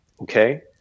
okay